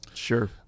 Sure